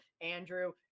andrew